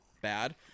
bad